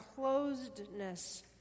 closedness